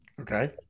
Okay